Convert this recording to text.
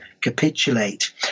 capitulate